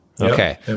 Okay